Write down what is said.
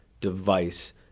device